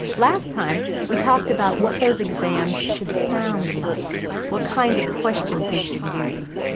last time we talked about what those exams should sound like what kinds of questions we should use.